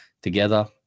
Together